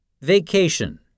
Vacation